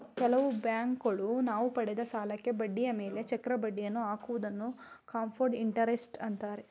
ಕೆಲವು ಬ್ಯಾಂಕುಗಳು ನಾವು ಪಡೆದ ಸಾಲಕ್ಕೆ ಬಡ್ಡಿಯ ಮೇಲೆ ಚಕ್ರ ಬಡ್ಡಿಯನ್ನು ಹಾಕುವುದನ್ನು ಕಂಪೌಂಡ್ ಇಂಟರೆಸ್ಟ್ ಅಂತಾರೆ